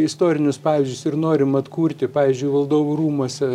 istorinius pavyzdžius ir norim atkurti pavyzdžiui valdovų rūmuose